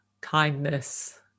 kindness